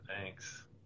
thanks